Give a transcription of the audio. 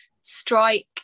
strike